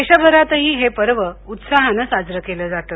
देशभरातही हे पर्व उत्साहानं साजरं केलं जातं